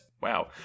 wow